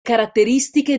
caratteristiche